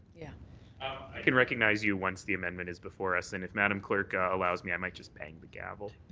yeah i can recognize you once the amendment is before us and if madam clerk allows me, i might just bang the gavel.